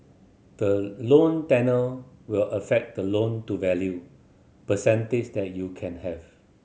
the loan tenure will affect the loan to value percentage that you can have